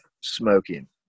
smoking